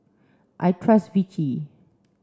I trust Vichy